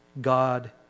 God